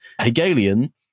Hegelian